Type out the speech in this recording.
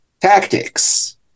tactics